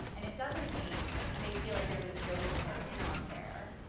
and it doesn't mean they feel like there's a joke that they're in on there,